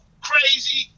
crazy